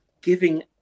giving